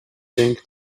bank